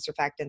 surfactant